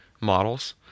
models